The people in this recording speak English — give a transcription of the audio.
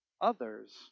others